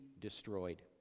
destroyed